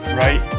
right